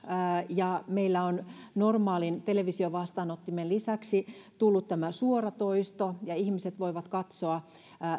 ja meille on normaalin televisiovastaanottimen lisäksi tullut tämä suoratoisto ja ihmiset voivat katsoa